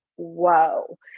Whoa